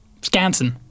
Scanson